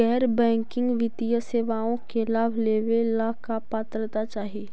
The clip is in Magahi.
गैर बैंकिंग वित्तीय सेवाओं के लाभ लेवेला का पात्रता चाही?